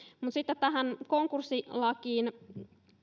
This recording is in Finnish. sitten tähän konkurssilakiin